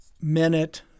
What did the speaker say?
minute